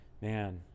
man